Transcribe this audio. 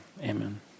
Amen